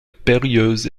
périlleuse